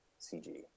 CG